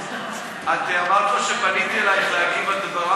את אמרת לו שפניתי אלייך להגיב על דבריו,